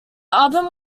album